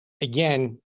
again